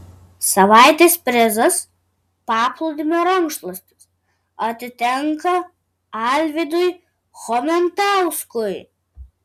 savaitės prizas paplūdimio rankšluostis atitenka alvydui chomentauskui